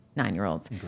nine-year-olds